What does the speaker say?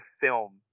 film